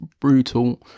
brutal